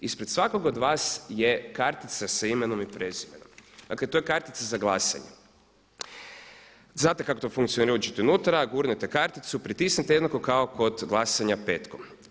Ispred svakog od vas je kartica sa imenom i prezimenom, dakle to je kartica za glasanje, znate kako to funkcionira, uđete unutra, gurnete karticu, pritisnete jednako kao kod glasanja petkom.